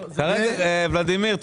ולדימיר,